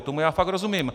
Tomu já fakt rozumím.